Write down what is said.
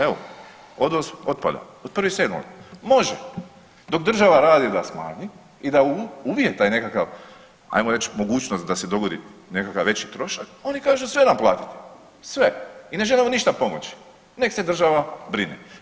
Evo, odvoz otpada od 1.7., može, dok država radi da smanji i da uvjet taj nekakav ajmo reći mogućnost da se dogodi nekakav veći trošak oni kažu sve nam naplatite, sve i ne želimo ništa pomoći, nek se država brine.